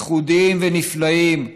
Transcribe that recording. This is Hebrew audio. ייחודיים ונפלאים,